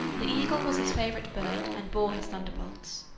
the eagle was his favorite bird, and bore his thunderbolts.